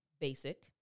basic